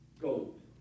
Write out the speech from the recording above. Gold